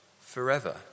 forever